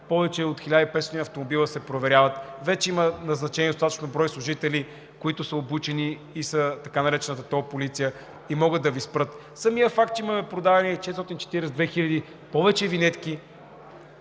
повече от 1500 автомобила се проверяват – вече има назначен достатъчен брой служители, които са обучени и с така наречената тол полиция и могат да Ви спрат; самият факт, че имаме продадени 442 хиляди повече винетки,